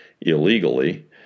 illegally